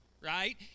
right